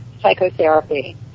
psychotherapy